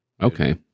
Okay